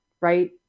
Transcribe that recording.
right